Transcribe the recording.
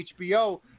HBO